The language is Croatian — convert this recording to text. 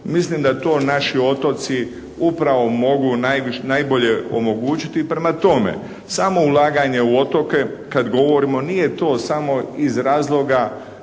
Mislim da to naši otoci upravo mogu najbolje omogućiti. Prema tome, samo ulaganje u otoke kad govorimo nije to samo iz razloga